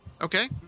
Okay